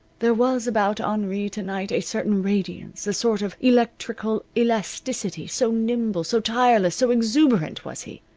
there was about henri to-night a certain radiance, a sort of electrical elasticity, so nimble, so tireless, so exuberant was he.